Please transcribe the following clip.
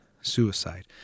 suicide